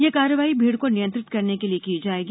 यह कार्यवाही भीड़ को नियंत्रित करने के लिये की जायेगी